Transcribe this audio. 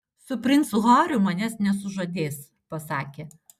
su princu hariu manęs nesužadės pasakė